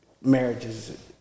marriages